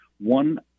one